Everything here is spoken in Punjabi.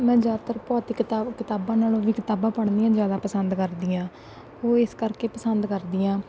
ਮੈਂ ਜ਼ਿਆਦਾਤਰ ਭੌਤਿਕ ਕਿਤਾਬ ਕਿਤਾਬਾਂ ਨਾਲੋਂ ਵੀ ਕਿਤਾਬਾਂ ਪੜ੍ਹਨੀਆਂ ਜ਼ਿਆਦਾ ਪਸੰਦ ਕਰਦੀ ਹਾਂ ਉਹ ਇਸ ਕਰਕੇ ਪਸੰਦ ਕਰਦੀ ਹਾਂ